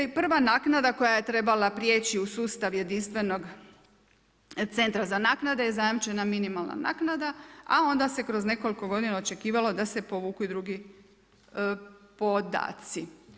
Prva naknada koja je trebala prijeći u sustav jedinstvenog centra za naknade je zajamčena minimalna naknada, a onda se kroz nekoliko godina očekivalo da se povuku i drugi podaci.